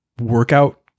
workout